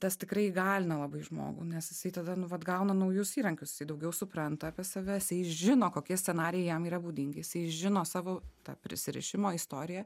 tas tikrai įgalina labai žmogų nes jisai tada nu vat gauna naujus įrankius jisai daugiau supranta apie save jisai žino kokie scenarijai jam yra būdingi jisai žino savo tą prisirišimo istoriją